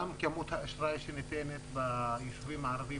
גם כמות האשראי שניתנת ביישובים הערבים